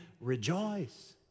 rejoice